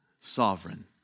sovereign